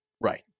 right